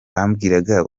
bambwiraga